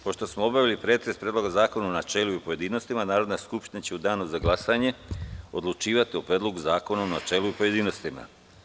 Pošto smo obavili pretres Predloga zakona u načelu i pojedinostima, Narodna skupština će u danu za glasanje odlučivati o Predlogu zakona u načelu i pojedinostima.